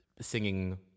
singing